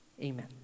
Amen